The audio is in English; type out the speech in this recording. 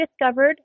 discovered